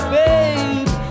babe